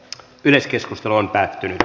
yleiskeskustelu päättyi